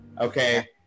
Okay